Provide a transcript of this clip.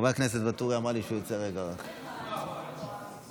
חוק טיפול בחולי נפש (תיקון מס' 12),